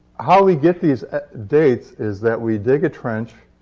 how we get these dates is that we dig a trench